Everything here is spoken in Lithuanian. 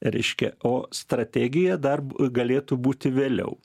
reiškia o strategija dar galėtų būti vėliau